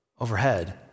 overhead